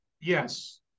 Yes